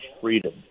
freedom